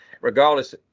regardless